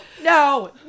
no